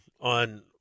on